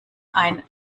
ein